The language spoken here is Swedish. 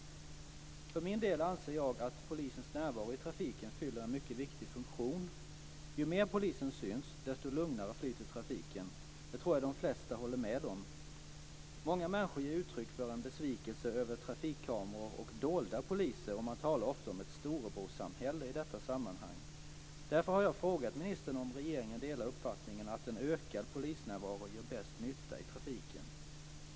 För min del anser jag att polisens närvaro i trafiken fyller en mycket viktig funktion. Ju mer polisen syns, desto lugnare flyter trafiken - det tror jag att de flesta håller med om. Många människor ger uttryck för besvikelse över trafikkameror och dolda poliser, och man talar ofta om ett "storebrorssamhälle" i detta sammanhang. Därför har jag frågat ministern om regeringen delar uppfattningen att en ökad polisnärvaro gör bäst nytta i trafiken.